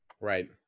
Right